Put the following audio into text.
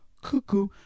cuckoo